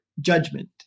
judgment